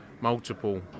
multiple